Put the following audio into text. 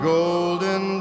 golden